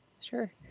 Sure